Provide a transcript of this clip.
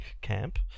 camp